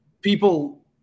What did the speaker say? people